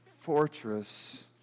fortress